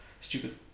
stupid